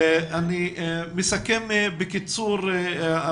אני מסכם בקצרה את הדיון.